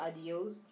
Adios